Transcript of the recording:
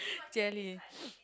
Jie-Ling